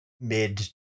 mid